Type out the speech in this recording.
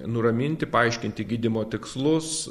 nuraminti paaiškinti gydymo tikslus